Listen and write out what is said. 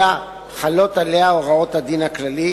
אלא חלות עליה הוראות הדין הכללי,